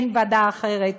אין ועדה אחרת,